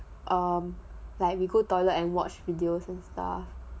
um like we go toilet and watch videos and stuff